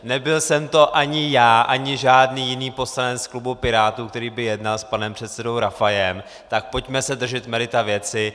Nebyl jsem to ani já, ani žádný jiný poslanec klubu Pirátů, který by jednal s panem předsedou Rafajem, tak pojďme se držet merita věci.